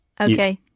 Okay